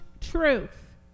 truth